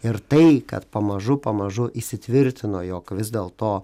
ir tai kad pamažu pamažu įsitvirtino jog vis dėlto